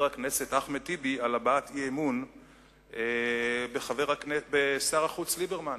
הכנסת אחמד טיבי על הבעת האי-אמון בשר החוץ ליברמן.